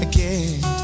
Again